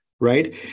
right